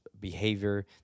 behavior